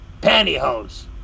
pantyhose